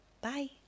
Bye